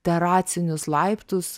teracinius laiptus